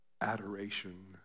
adoration